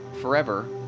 forever